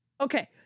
Okay